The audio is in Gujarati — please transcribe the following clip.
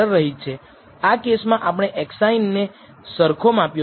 આ કેસમાં આપણે x i ને સરખો માપ્યો છે